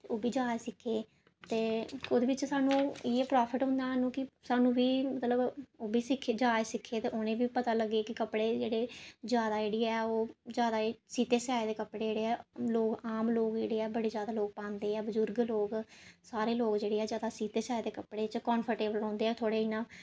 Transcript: ओह् बी जाच सिक्खिये ते उ'दे बिच्च सानूं इ'यै प्राफिट होंदा सानूं कि मतलब जाच सिक्खे ते उ'नेंगी बी पता लग्गे कि कपड़े जेह्ड़े जैदा सिते सेआए दे कपड़े जेह्ड़े ऐ लोक आम लोक जेह्ड़े ऐ ओह् पांदे ऐ बजुर्ग लोक साढ़े लोक जेह्ड़े ऐ सीते सेआए दे कपड़ें च कम्फाटेवल रौह्दे ऐ इ'यां